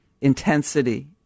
intensity